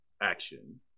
action